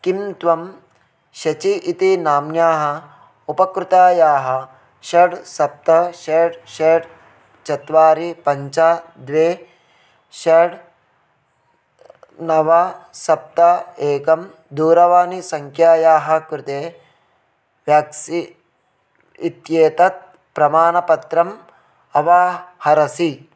किं त्वं शचि इति नाम्न्याः उपकृतायाः षड् सप्त षड् षड् चत्वारि पञ्च द्वे षड् नव सप्त एकं दूरवाणीसङ्ख्यायाः कृते व्याक्सी इत्येतत् प्रमाणपत्रम् अवाहरसि